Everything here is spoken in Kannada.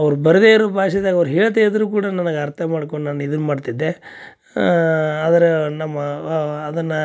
ಅವ್ರು ಬರದೇ ಇರೋ ಭಾಷೆದಾಗ ಅವ್ರು ಹೇಳ್ತ ಇದ್ದರೂ ಕೂಡ ನನಗೆ ಅರ್ಥ ಮಾಡ್ಕೊಂಡು ನಾನು ಇದನ್ನು ಮಾಡ್ತಿದ್ದೆ ಆದ್ರೆ ನಮ್ಮ ಅದನ್ನು